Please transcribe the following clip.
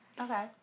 Okay